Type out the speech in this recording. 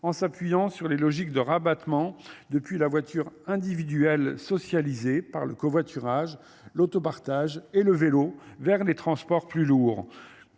en s'appuyant sur les logiques de rabattement depuis la voiture individuelle socialisée par le covoiturage, l'autopartage et le vélo v.. Les transports plus lourds.